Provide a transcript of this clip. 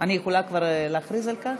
אני יכולה כבר להכריז על כך?